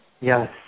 Yes